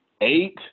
Eight